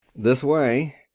this way.